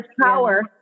power